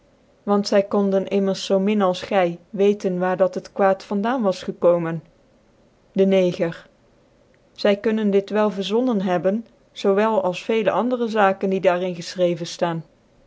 want tj konden immers zoo min als gy weten waar dat het quaad van daan was gekomen he neger zy kunnen dit wel verzonnen hebben zoo wel als vcelc andere zaaken die daar in gefchrecven ftaan